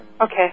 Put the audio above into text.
Okay